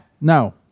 no